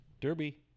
Derby